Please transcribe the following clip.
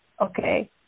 okay